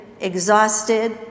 exhausted